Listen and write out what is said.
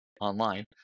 online